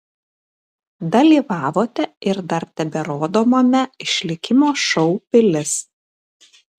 dalyvavote ir dar teberodomame išlikimo šou pilis